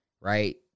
right